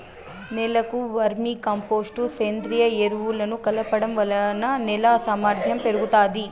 నేలకు vermicompost, సేంద్రీయ ఎరువులను కలపడం వలన నేల సామర్ధ్యం పెరుగుతాది